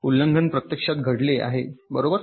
उल्लंघन प्रत्यक्षात घडले आहे बरोबर